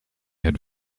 had